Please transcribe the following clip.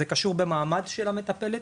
זה קשור במעמד של המטפלת,